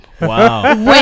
Wow